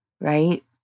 Right